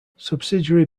subsidiary